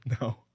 No